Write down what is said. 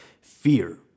Fear